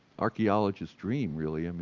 archeologist dream really, i mean